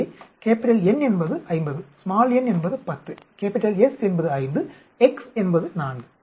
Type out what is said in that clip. எனவே N என்பது 50 n என்பது 10 S என்பது 5 x என்பது 4